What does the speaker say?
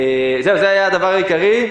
זה היה הדבר העיקרי.